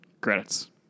Credits